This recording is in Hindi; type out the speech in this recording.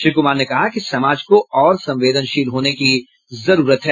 श्री कुमार ने कहा कि समाज को और संवेदनशील होने की जरूरत है